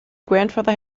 grandfather